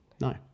No